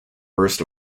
burst